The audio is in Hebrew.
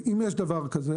אם יש דבר כזה,